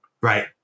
Right